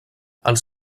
els